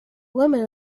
limit